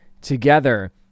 together